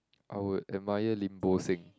I would admire Lim Bo Seng